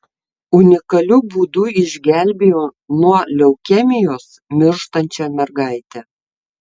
unikaliu būdu išgelbėjo nuo leukemijos mirštančią mergaitę